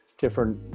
different